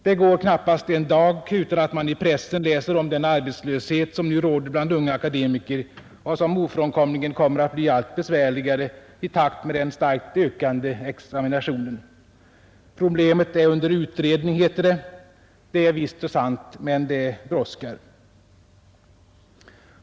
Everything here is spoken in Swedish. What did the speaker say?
Det går knappast en dag utan att man i pressen läser om den arbetslöshet som nu råder bland unga akademiker och som ofrånkomligen kommer att bli allt besvärligare i takt med den starkt ökande examinationen. Problemet är under utredning, heter det. Detta är visst och sant, men det brådskar.